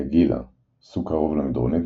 Amegilla – סוג קרוב למדרונית,